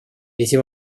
эти